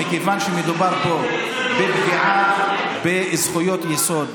מכיוון שמדובר פה בפגיעה בזכויות יסוד,